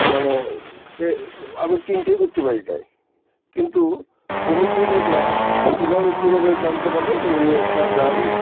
মানে এ আমি চিন্তাই করতে পারি নাই কিন্তু কমিটির লোকরা কীভাবে কীভাবে জানতে পারলো যে উনি একটা গান